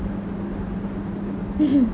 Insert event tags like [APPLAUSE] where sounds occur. [LAUGHS]